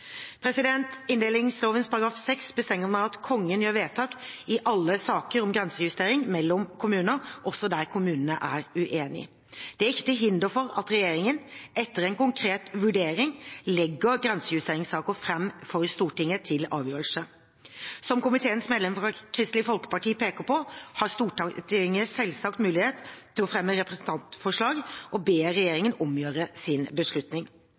at Kongen gjør vedtak i alle saker om grensejustering mellom kommuner, også der kommunene er uenige. Det er ikke til hinder for at regjeringen, etter en konkret vurdering, legger grensejusteringssaker fram for Stortinget til avgjørelse. Som komiteens medlem fra Kristelig Folkeparti peker på, har Stortinget selvsagt mulighet til å fremme representantforslag og be regjeringen omgjøre sin beslutning.